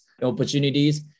Opportunities